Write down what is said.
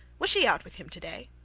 was she out with him today?